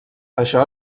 això